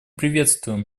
приветствуем